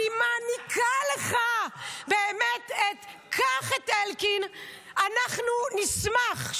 אני מעניקה לך, באמת, קח את אלקין, אנחנו נשמח.